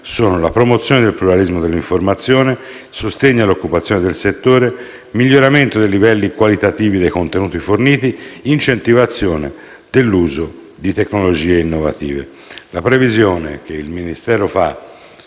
sono la promozione del pluralismo dell'informazione, il sostegno all'occupazione del settore, il miglioramento dei livelli qualitativi dei contenuti forniti, l'incentivazione dell'uso di tecnologie innovative. La previsione che il Ministero fa